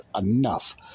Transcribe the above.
enough